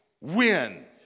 win